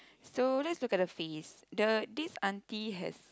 so let's look at her face the this auntie has